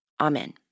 Amen